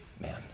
man